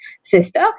sister